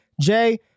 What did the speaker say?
Jay